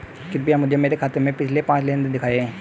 कृपया मुझे मेरे खाते से पिछले पांच लेनदेन दिखाएं